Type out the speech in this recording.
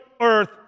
earth